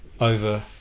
over